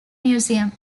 museum